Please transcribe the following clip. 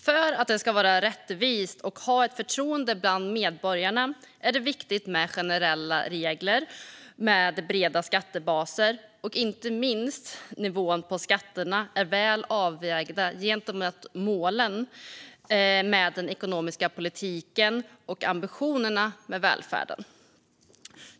För att systemet ska vara rättvist och ha förtroende bland medborgarna är det viktigt med generella regler med breda skattebaser och inte minst att nivån på skatterna är väl avvägd gentemot målen för den ekonomiska politiken och ambitionerna för välfärden.